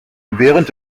während